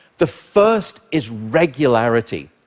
the first is regularity.